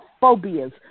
phobias